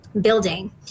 building